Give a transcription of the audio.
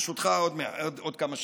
ברשותך, עוד כמה שניות.